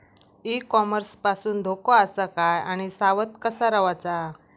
E commerce पासून धोको आसा काय आणि सावध कसा रवाचा?